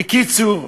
בקיצור,